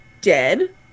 dead